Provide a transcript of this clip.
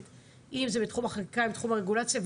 אם זה בתחום החקיקה ובתחום הרגולציה.